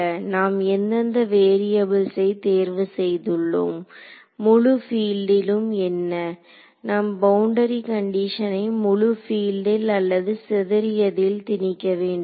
நாம் எந்தெந்த வேரியபுள்ஸை தேர்வு செய்துள்ளோம் முழு பீல்டிலும் என்ன நாம் பவுண்டரி கண்டிஷனை முழு பீல்டில் அல்லது சிதறியதில் திணிக்க வேண்டுமா